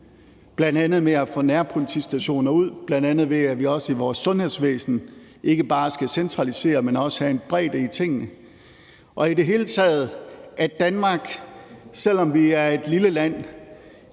på. Vi har bl.a. fået nærpolitistationer ud, og i vores sundhedsvæsen skal vi ikke bare centralisere, men også have en bredde i tingene, og i det hele taget må Danmark, selv om vi er et lille land,